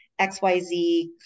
XYZ